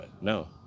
no